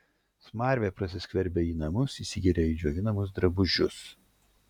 smarvė prasiskverbia į namus įsigeria į džiovinamus drabužius